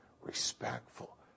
respectful